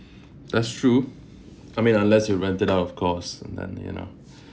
that's true I mean like unless you rent it out of course and then you know